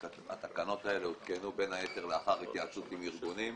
שהתקנות האלה הותקנו בין היתר לאחר התייעצות עם ארגונים,